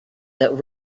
that